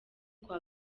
kwa